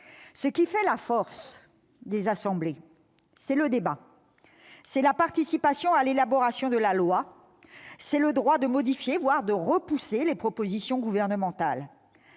Ce qui fait la force des assemblées, c'est le débat, c'est la participation à l'élaboration de la loi, c'est le droit de modifier, voire de repousser, les propositions gouvernementales.